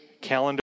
calendar